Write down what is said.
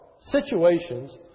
situations